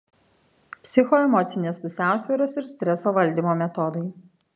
psichoemocinės pusiausvyros ir streso valdymo metodai